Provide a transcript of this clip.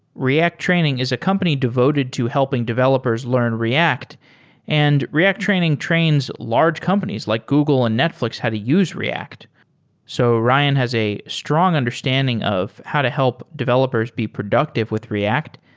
react training is a company devoted to helping developers learn react and react training trains large companies, like google and netflix how to use react so ryan has a strong understanding of how to help developers be productive with react.